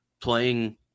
playing